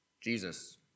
Jesus